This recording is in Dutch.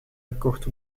gekocht